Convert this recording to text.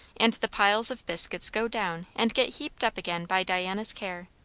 and the piles of biscuits go down and get heaped up again by diana's care.